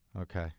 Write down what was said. Okay